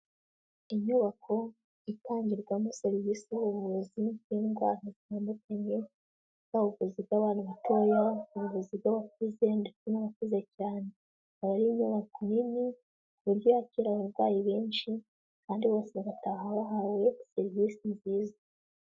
Inyubako itangirwamo serivisi y'ubuvuzi bw'indwara zitandukanye, bwaba ubuvuzi bw'abana batoya, ubuvuzi bw'abakuze, ndetse n'abakuze cyane, ikaba ari inyubako nini ku buryo yakira abarwayi benshi, kandi bose bagataha bahawe serivisi nziza.